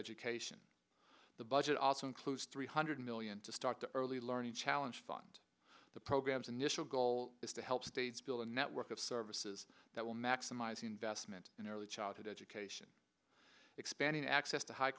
education the budget also includes three hundred million to start the early learning challenge fund the programs initial goal is to help states build a network of services that will maximize investment in early childhood education expanding access to high